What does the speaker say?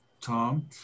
Tom